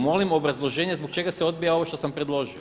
Molim obrazloženje zbog čega se odbija ovo što sam predložio.